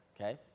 Okay